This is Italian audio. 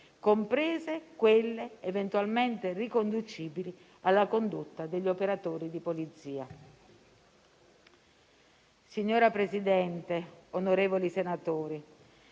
comprese quelle eventualmente riconducibili alla condotta degli operatori di polizia. Signora Presidente, onorevoli senatori,